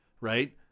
Right